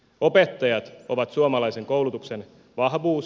opettajat ovat suomalaisen koulutuksen vahvuus